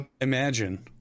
Imagine